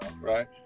right